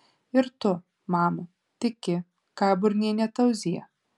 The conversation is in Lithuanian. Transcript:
ir tu mama tiki ką burnienė tauzija